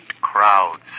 crowds